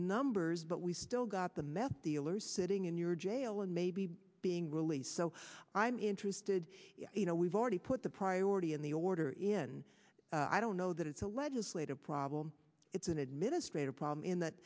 numbers but we've still got the meth dealers sitting in your jail and maybe being released so i'm interested you know we've already put the priority in the order in i don't know that it's a legislative problem it's an administrative problem in that